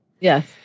Yes